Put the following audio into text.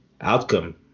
outcome